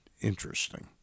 interesting